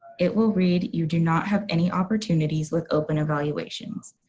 it will read you do not have any opportunities with open evaluations.